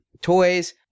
toys